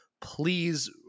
Please